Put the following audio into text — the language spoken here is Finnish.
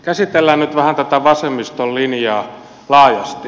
käsitellään nyt vähän tätä vasemmiston linjaa laajasti